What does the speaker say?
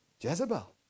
Jezebel